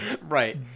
Right